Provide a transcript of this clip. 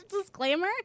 Disclaimer